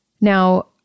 Now